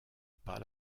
pas